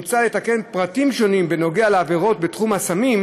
מוצע לתקן פרטים שונים בנוגע לעבירות בתחום הסמים,